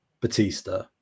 Batista